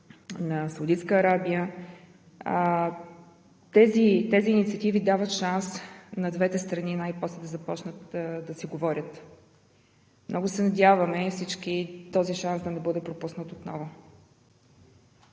на Саудитска арабия, тези инициативи дават шанс на двете страни най-после да започнат да си говорят. Всички много се надяваме този шанс да не бъде пропуснат отново.